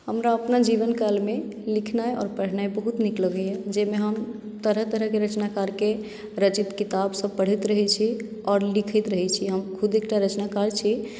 हमरा अपना जीवन कालमे लिखनाइ आओर पढ़नाइ बहुत नीक लगैए जाहिमे हम तरह तरहके रचनाकारके रचित किताबसभ पढ़ैत रहैत छी आओर लिखैत रहैत छी हम खुद एकटा रचनाकार छी